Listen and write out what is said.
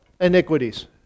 iniquities